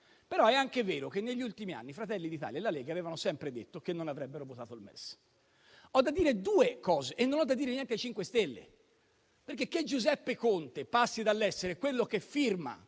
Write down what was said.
Però è anche vero che negli ultimi anni Fratelli d'Italia e la Lega avevano sempre detto che non avrebbero votato il MES. Ho da dire due cose e ne ho da dire anche al MoVimento 5 Stelle. Giuseppe Conte passa dall'essere quello che firma